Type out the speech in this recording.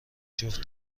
جفت